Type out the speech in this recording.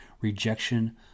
rejection